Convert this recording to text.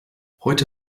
heute